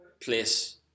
place